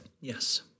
Yes